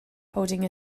holding